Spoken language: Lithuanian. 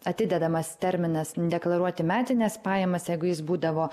atidedamas terminas deklaruoti metines pajamas jeigu jis būdavo